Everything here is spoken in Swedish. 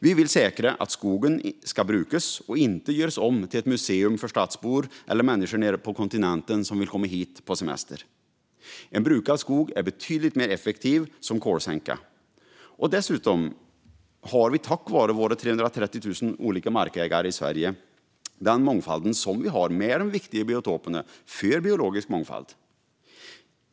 Vi vill säkra att skogen brukas och inte görs om till ett museum för stadsbor eller människor nere på kontinenten som vill komma hit på semester. En brukad skog är betydligt mer effektiv som kolsänka. Dessutom har vi, tack vare våra 330 000 olika markägare i Sverige, den mångfald som vi har med de viktiga biotoperna för biologisk mångfald.